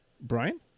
Brian